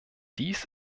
dies